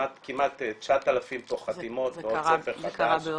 כמעט 9,000 חתימות ועוד ספר חדש --- זה קרה בהודו?